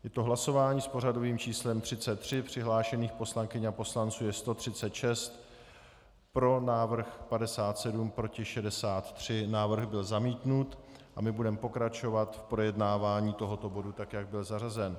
Je to hlasování s pořadovým číslem 33, přihlášených poslankyň a poslanců je 136, pro návrh 57, proti 63, návrh byl zamítnut a my budeme pokračovat v projednávání tohoto bodu tak, jak byl zařazen.